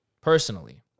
personally